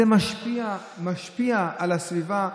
זה משפיע על הסביבה.